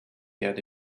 erde